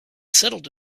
settled